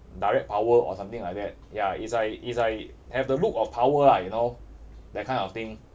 direct power or something like that ya it's like it's like have the look of power ah you know that kind of thing